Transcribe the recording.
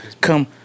come